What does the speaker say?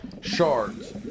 shards